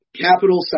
capital